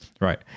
Right